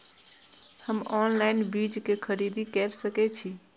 हम ऑनलाइन बीज के खरीदी केर सके छी?